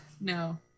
no